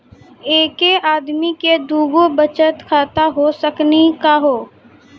एके आदमी के दू गो बचत खाता हो सकनी का हो?